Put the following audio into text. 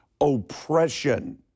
oppression